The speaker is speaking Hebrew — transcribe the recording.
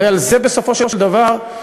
הרי על זה בסופו של דבר מסתמכת